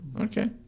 Okay